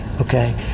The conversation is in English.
okay